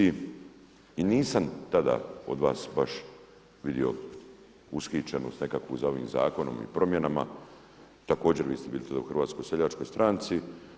I nisam tada od vas baš vidio ushićenost nekakvu za ovim zakonom i promjenama, također vi ste bili tada u Hrvatskoj seljačkoj stranici.